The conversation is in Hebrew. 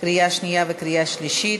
קריאה שנייה וקריאה שלישית.